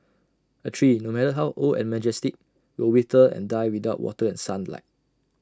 A tree no matter how old and majestic will wither and die without water and sunlight